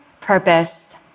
purpose